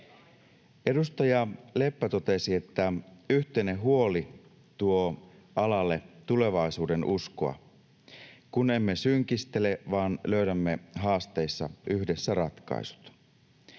Edustaja Leppä totesi, että yhteinen huoli tuo alalle tulevaisuudenuskoa, kun emme synkistele vaan löydämme haasteille yhdessä ratkaisut.